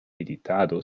editado